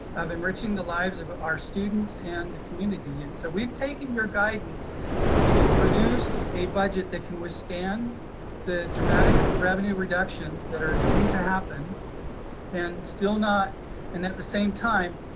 of enriching the lives of ah our students and the community. and so we've taken your guidance to produce a budget that can withstand the dramatic revenue reductions that are going to happen and still not and at the same time,